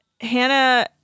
Hannah